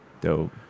Dope